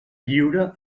lliure